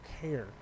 care